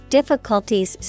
Difficulties